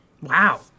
wow